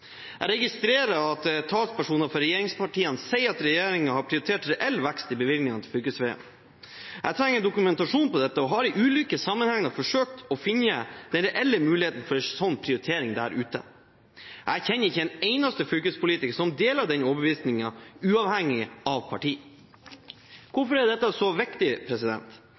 Jeg registrerer at talspersoner for regjeringspartiene sier at regjeringen har prioritert reell vekst i bevilgningene til fylkesveiene. Jeg trenger en dokumentasjon på dette, og har i ulike sammenhenger forsøkt å finne den reelle muligheten for en slik prioritering der ute. Jeg kjenner ikke en eneste fylkespolitiker som deler den overbevisningen, uavhengig av parti. Hvorfor er dette så viktig?